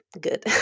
good